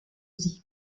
sich